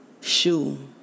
shoe